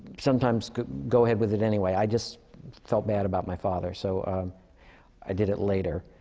sometimes go ahead with it anyway. i just felt bad about my father. so i did it later.